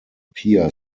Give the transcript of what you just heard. pia